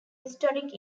historic